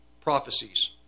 prophecies